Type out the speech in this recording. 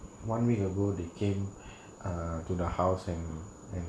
one week ago they came err to the house and and